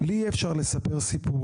לי אי אפשר לספר סיפורים,